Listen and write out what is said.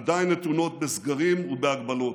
עדיין נתונות בסגרים ובהגבלות.